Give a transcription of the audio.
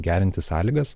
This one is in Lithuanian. gerinti sąlygas